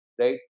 right